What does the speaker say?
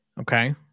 Okay